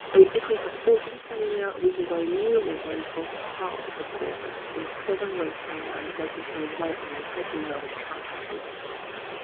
if we have organ failure, we can grow new organs or parts of organs instead of waiting and making someone wait on the incredibly long transfer um waiting list.